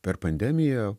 per pandemiją